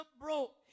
broke